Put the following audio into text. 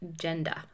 gender